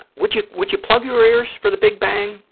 would you would you plug your ears for the big bang,